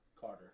Carter